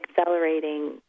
accelerating